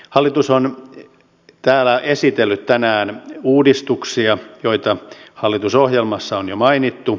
hallitus on täällä esitellyt tänään uudistuksia joita hallitusohjelmassa on jo mainittu